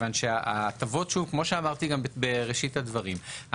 כמו שאמרתי גם בראשית הדברים,